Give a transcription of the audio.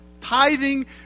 Tithing